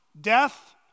death